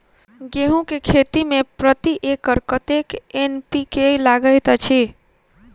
गेंहूँ केँ खेती मे प्रति एकड़ कतेक एन.पी.के लागैत अछि?